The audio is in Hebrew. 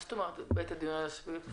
מה זאת אומרת "בעת הדיון בסעיף האופרטיבי"?